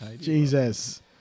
Jesus